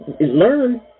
Learn